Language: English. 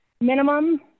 minimum